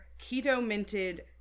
keto-minted